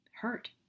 hurt